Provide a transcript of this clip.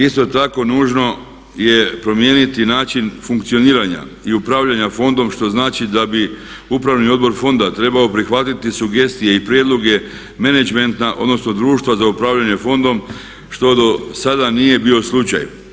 Isto tako nužno je promijeniti način funkcioniranja i upravljanja Fondom što znači da bi Upravni odbor Fonda trebao prihvatiti sugestije i prijedloge managementa odnosno Društva za upravljanje Fondom što do sada nije bio slučaj.